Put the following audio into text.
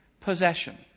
possession